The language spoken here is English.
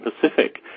Pacific